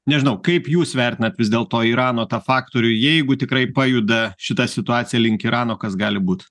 nežinau kaip jūs vertinat vis dėlto irano tą faktorių jeigu tikrai pajuda šita situacija link irano kas gali būt